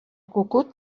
cucut